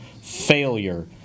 failure